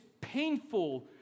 painful